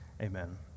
amen